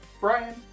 Brian